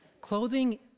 Clothing